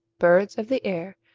birds of the air,